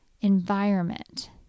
environment